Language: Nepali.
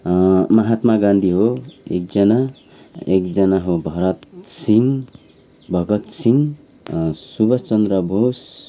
महात्मा गान्धी हो एकजना एकजना हो भरत सिंह भगत सिंह सुभाष चन्द्र बोस